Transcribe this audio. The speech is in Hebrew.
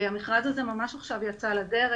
המכרז הזה ממש עכשיו יצא לדרך.